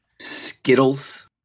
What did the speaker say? skittles